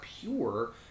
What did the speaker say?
pure